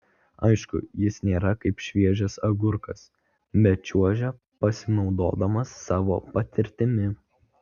aišku jis nėra kaip šviežias agurkas bet čiuožia pasinaudodamas savo patirtimi